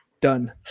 done